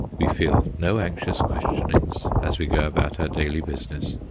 we feel no anxious questionings, as we go about our daily business,